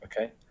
Okay